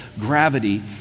gravity